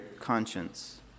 conscience